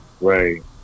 Right